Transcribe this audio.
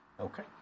Okay